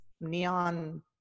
neon